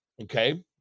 Okay